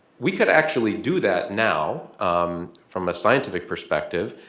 we could actually do that now um from a scientific perspective.